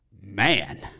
man